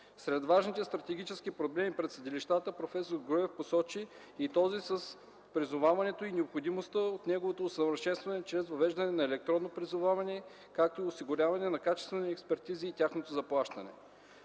Сред важните стратегически проблеми пред съдилищата проф. Груев посочи и този с призоваването и необходимостта от неговото усъвършенстване чрез въвеждането на електронно призоваване, както и осигуряването на качествени експертизи и тяхното заплащане.